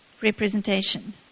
representation